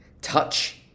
touch